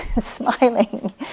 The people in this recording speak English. smiling